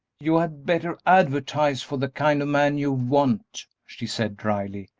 you had better advertise for the kind of man you want, she said, dryly,